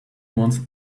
ones